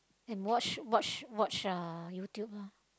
and watch watch watch uh YouTube loh